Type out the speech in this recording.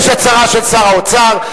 יש הצהרה של שר האוצר,